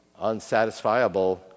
unsatisfiable